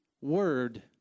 word